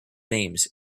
names